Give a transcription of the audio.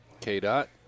K-Dot